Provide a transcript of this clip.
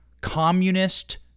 communist